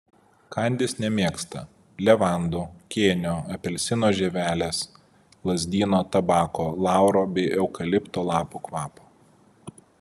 kandys nemėgsta levandų kėnio apelsino žievelės lazdyno tabako lauro bei eukalipto lapų kvapo